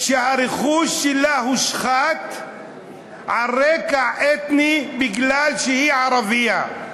שהרכוש שלה הושחת על רקע אתני כי היא ערבייה?